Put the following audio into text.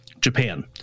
Japan